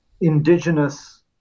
indigenous